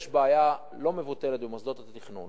יש בעיה לא מבוטלת במוסדות התכנון